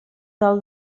del